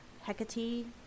Hecate